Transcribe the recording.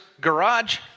garage